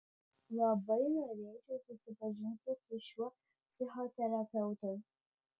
labai norėčiau susipažinti su šiuo psichoterapeutu